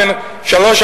בין שלוש,